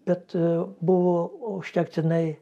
bet buvo užtektinai